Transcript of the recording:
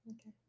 Okay